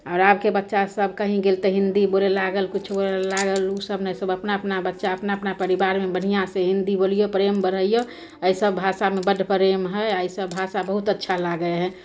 आओर आबके बच्चासभ कहीँ गेल तऽ हिन्दी बोलै लागल किछु बोलै लागल ओसभ नहि सभ अपना अपना बच्चा अपना अपना परिवारमे बढ़िआँसे हिन्दी बोलिऔ प्रेम बढ़ैऔ एहिसब भाषामे बड्ड प्रेम हइ एहिसब भाषा बहुत अच्छा लागै हइ